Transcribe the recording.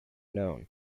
known